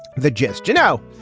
the gist you know.